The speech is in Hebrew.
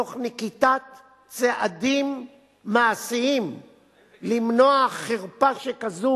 תוך נקיטת צעדים מעשיים למנוע חרפה שכזאת